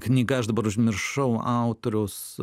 knyga aš dabar užmiršau autoriaus